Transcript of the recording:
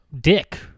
dick